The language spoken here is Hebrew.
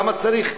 למה צריך,